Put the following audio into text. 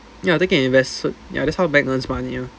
ya take it as investment ya that's how banks earn money one